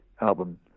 album